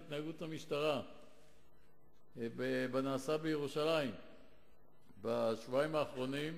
התנהגות המשטרה בנעשה בירושלים בשבועיים האחרונים.